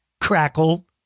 crackle